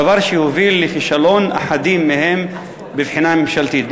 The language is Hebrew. והדבר הוביל לכישלון אחדים מהם בבחינה הממשלתית.